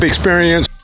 Experience